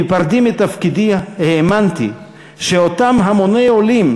בהיפרדי מתפקידי האמנתי שאותם המוני עולים,